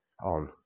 on